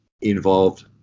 involved